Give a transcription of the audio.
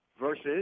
versus